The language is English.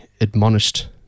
admonished